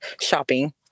Shopping